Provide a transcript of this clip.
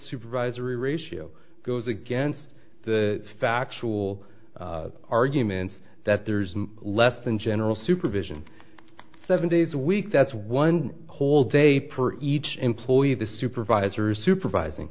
supervisory ratio goes against the factual argument that there's less than general supervision seven days a week that's one whole day per each employee of the supervisors supervising